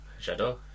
J'adore